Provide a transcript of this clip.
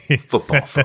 Football